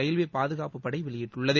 railway பாதுகாப்பு படை வெளியிட்டுள்ளது